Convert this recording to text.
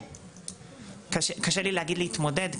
קשה לי להגיד להתמודד,